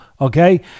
okay